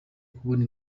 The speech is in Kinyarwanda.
kubona